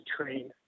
train